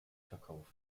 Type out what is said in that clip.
verkauf